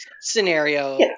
scenario